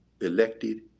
elected